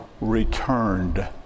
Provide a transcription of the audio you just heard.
returned